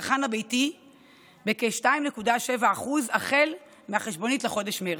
לצרכן הביתי בכ-2.7% החל מהחשבונית לחודש מרץ.